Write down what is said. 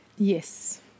Yes